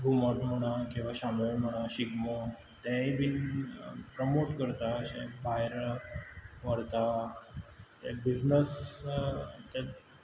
घुमट म्हणा किंवां शामेळ म्हणा शिगमो तेंय बीन प्रमोट करता अशें भायर व्हरता बिजनस